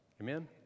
Amen